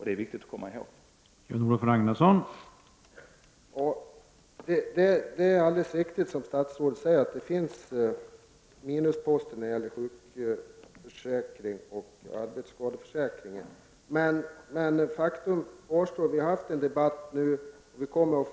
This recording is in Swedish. Det är viktigt att komma ihåg detta.